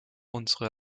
unsere